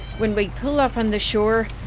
when we pull up on the shore,